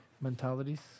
mentalities